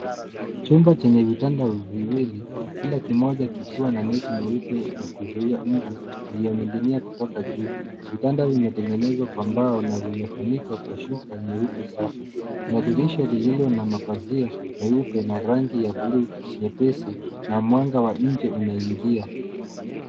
Chumba chenye vitanda viwili, kila kimoja kikiwa na neti nyeupe ya kuzuia mbu iliyonig'inia kutoka juu. Vitanda vimetengenezwa kwa mbao na vimefunikwa kwa shuka nyeupe safi. Kuna dirisha lililo na mapazia meupe na rangi ya blue nyepesi na mwanga wa nje unaingia.